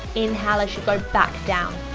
inhale as you go back down.